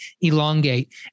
elongate